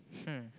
hmm